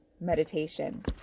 meditation